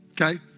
okay